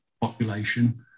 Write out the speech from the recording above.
population